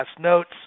notes